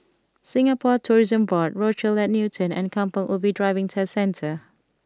Singapore Tourism Board Rochelle at Newton and Kampong Ubi Driving Test Centre